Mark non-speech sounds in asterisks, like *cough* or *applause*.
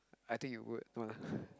I think you would no lah *breath*